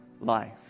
life